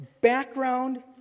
background